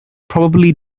probably